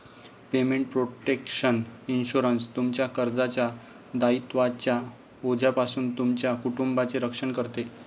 payment protection insurance, तुमच्या कर्जाच्या दायित्वांच्या ओझ्यापासून तुमच्या कुटुंबाचे रक्षण करते